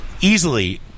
Easily